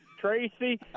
Tracy